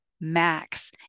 max